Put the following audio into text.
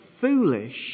foolish